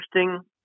interesting